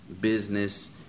business